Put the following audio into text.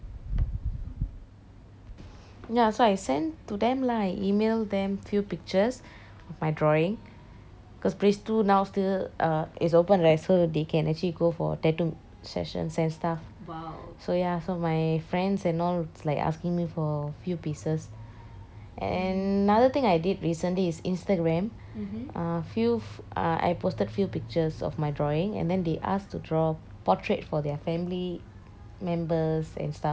ya so I send to them lah I email them few pictures of my drawing cause phase two now still err is open right so they can actually go for tattoo sessions and stuff so ya so my friends and all like asking me for few pieces and another thing I did recently is instagram uh few uh I posted few pictures of my drawing and then they asked to draw portrait for their family members and stuff as gift or what you know